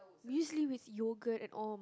muesli with yogurt and all